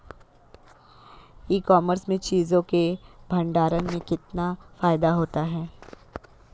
ई commerce में चीज़ों के भंडारण में कितना फायदा होता है?